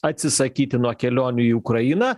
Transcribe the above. atsisakyti nuo kelionių į ukrainą